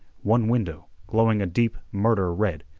one window, glowing a deep murder red,